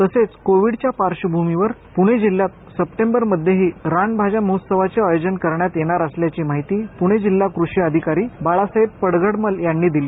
तसेच कोविडच्या पार्श्वभूमीवर पुणे जिल्हयात सप्टेंबरमध्येही राजभाज्या महोत्सवाचे आयोजन करण्यात येणार असल्याची माहिती पुणे जिल्हा कृषी आधिकारी बाळासाहेब पडघडमल यांनी दिली